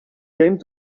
came